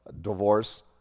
divorce